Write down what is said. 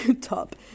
top